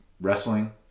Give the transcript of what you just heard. wrestling